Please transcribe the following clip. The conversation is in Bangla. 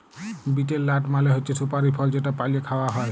বিটেল লাট মালে হছে সুপারি ফল যেট পালে খাউয়া হ্যয়